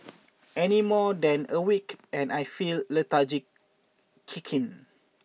any more than a week and I feel lethargy kick in